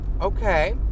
Okay